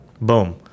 Boom